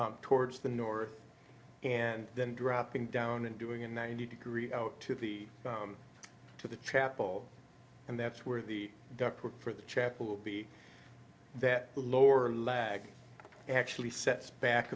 so towards the north and then dropping down and doing a ninety degree out to the to the chapel and that's where the duct work for the chapel will be that lower lag actually sets back